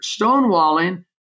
stonewalling